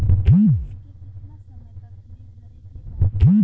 Loan के कितना समय तक मे भरे के बा?